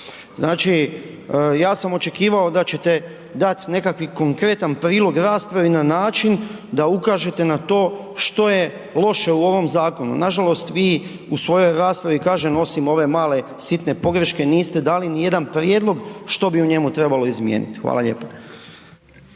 Znači, ja sam očekivao da ćete dat nekakvi konkretan prilog raspravi na način da ukažete na to što je loše u ovom zakonu. Nažalost, vi u svojoj raspravi, kažem, ovim ove male sitne pogreške, niste dali nijedan prijedlog što bi u njemu trebalo izmijeniti. Hvala lijepo.